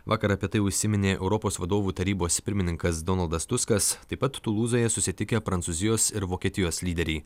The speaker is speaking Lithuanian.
vakar apie tai užsiminė europos vadovų tarybos pirmininkas donaldas tuskas taip pat tulūzoje susitikę prancūzijos ir vokietijos lyderiai